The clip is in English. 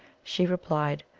she replied,